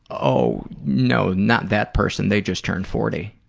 oh no, not that person. they just turned forty.